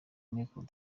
mikoro